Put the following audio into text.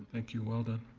thank you, well done.